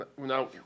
No